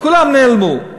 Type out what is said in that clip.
כולם נעלמו,